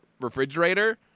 refrigerator